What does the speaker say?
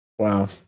wow